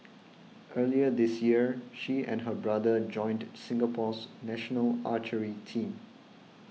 earlier this year she and her brother joined Singapore's national archery team